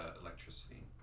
electricity